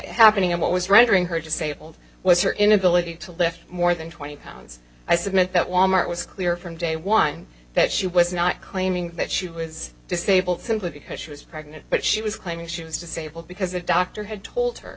happening and what was rendering her disabled was her inability to lift more than twenty pounds i submit that wal mart was clear from day one that she was not claiming that she was disabled simply because she was pregnant but she was claiming she was disabled because the doctor had told her